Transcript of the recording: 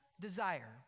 desire